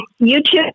YouTube